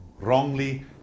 wrongly